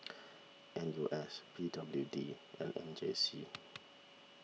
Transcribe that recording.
N U S P W D and M J C